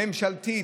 ממשלתית,